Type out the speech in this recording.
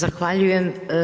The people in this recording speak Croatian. Zahvaljujem.